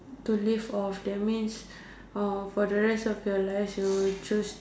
to live off that means uh for the rest of your life you will choose